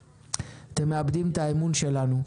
אתם מאבדים את האמון שלנו.